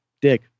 dick